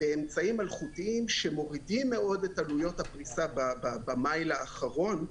אמצעים אלחוטיים שמורידים מאוד את עלויות הפריסה במייל האחרון.